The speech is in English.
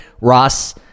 Ross